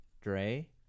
Dre